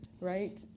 right